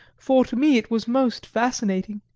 for to me it was most fascinating.